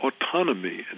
autonomy